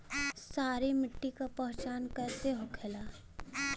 सारी मिट्टी का पहचान कैसे होखेला?